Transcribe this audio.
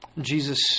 Jesus